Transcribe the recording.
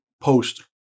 post